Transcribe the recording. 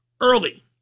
early